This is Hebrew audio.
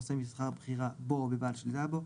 של נושא משרה בכירה בו או בבעל השליטה בו,